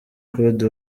claude